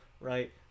right